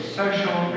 social